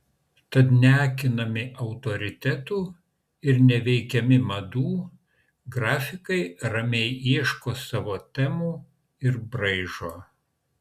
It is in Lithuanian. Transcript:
tad neakinami autoritetų ir neveikiami madų grafikai ramiai ieško savo temų ir braižo